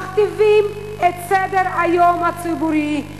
מכתיבים את סדר-היום הציבורי,